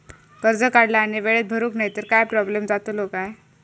कर्ज काढला आणि वेळेत भरुक नाय तर काय प्रोब्लेम जातलो काय?